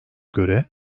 göre